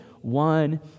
One